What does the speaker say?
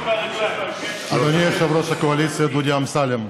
אדוני יושב-ראש הקואליציה דודי אמסלם,